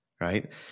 right